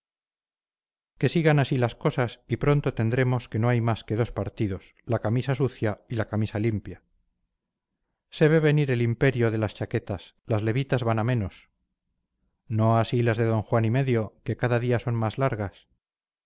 que sigan así las cosas y pronto tendremos que no hay más que dos partidos la camisa sucia y la camisa limpia se ve venir el imperio de las chaquetas las levitas van a menos no así las de d juan y medio que cada día son más largas